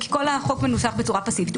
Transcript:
כי כל החוק מנוסח בצורה פסיבית.